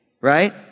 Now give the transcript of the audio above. Right